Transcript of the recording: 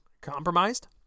compromised